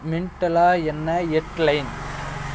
மின்ட்லா என்ன ஹெட்லைன்